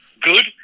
good